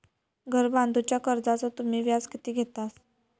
घर बांधूच्या कर्जाचो तुम्ही व्याज किती घेतास?